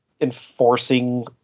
enforcing